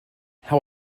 how